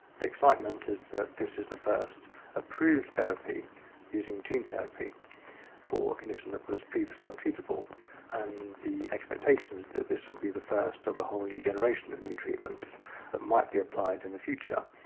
the excitement is that this is the first approved therapy using gene therapy for a condition that was previously untreatable and the expectations that this will be the first of a whole new generation of new treatments that might be applied in the future,